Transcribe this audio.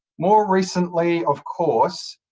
more recently, of course,